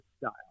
style